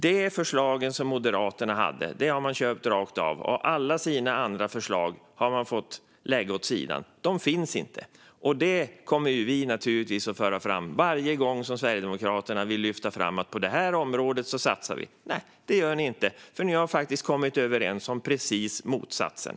De förslag som Moderaterna hade har man alltså köpt rakt av, och alla sina egna förslag har man fått lägga åt sidan. De finns inte. Detta kommer vi naturligtvis att föra fram varje gång Sverigedemokraterna vill lyfta fram att de satsar på detta område. Nej, det gör ni inte, för ni har faktiskt kommit överens om precis motsatsen.